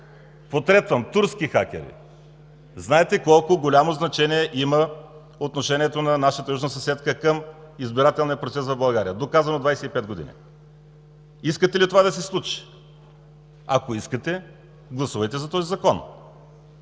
Потретвам, турски хакери! Знаете колко голямо значение има отношението на нашата южна съседка към избирателния процес в България, доказано е 25 години. Искате ли това да се случи? Ако искате, гласувайте за този Закон.